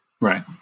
Right